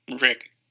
Rick